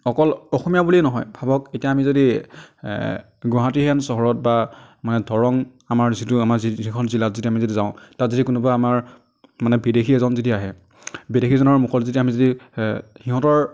অকল অসমীয়া বুলিয়ে নহয় ভাবক এতিয়া আমি যদি গুৱাহাটী হেন চহৰত বা মানে দৰং আমাৰ যিটো আমাৰ যিখন জিলাত যদি আমি যদি যাওঁ তাত যদি কোনোবা আমাৰ মানে বিদেশী এজন যদি আহে বিদেশীজনৰ মুখত যদি আমি যদি সিহঁতৰ